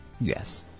Yes